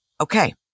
Okay